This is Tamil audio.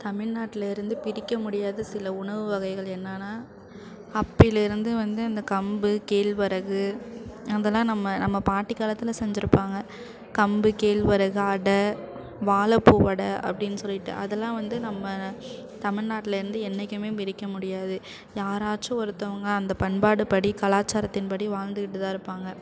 தமிழ்நாட்லேருந்து பிரிக்க முடியாத சில உணவு வகைகள் என்னன்னா அப்பையிலருந்து வந்து இந்த கம்பு கேழ்வரகு அதெல்லாம் நம்ம நம்ம பாட்டி காலத்தில் செஞ்சிருப்பாங்க கம்பு கேழ்வரகு அடை வாழைப்பூ வடை அப்படின்னு சொல்லிட்டு அதெல்லாம் வந்து நம்ம தமிழ்நாட்லேருந்து என்றைக்குமே பிரிக்க முடியாது யாராச்சும் ஒருத்தவங்க அந்த பண்பாடு படி கலாச்சாரத்தின் படி வாழ்ந்துக்கிட்டுதான் இருப்பாங்க